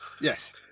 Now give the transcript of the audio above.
Yes